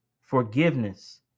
forgiveness